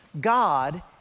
God